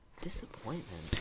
Disappointment